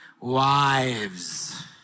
wives